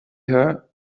her